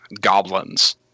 goblins